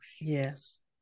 Yes